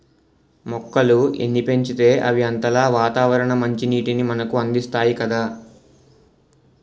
మొక్కలు ఎన్ని పెంచితే అవి అంతలా వాతావరణ మంచినీటిని మనకు అందిస్తాయి కదా